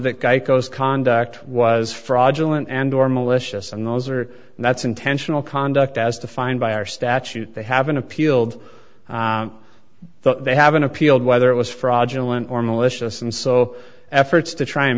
that guy co's conduct was fraudulent and or malicious and those are that's intentional conduct as defined by our statute they haven't appealed they haven't appealed whether it was fraudulent or malicious and so efforts to try